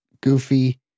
goofy